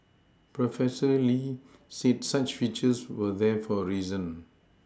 Professor Lee said such features were there for a reason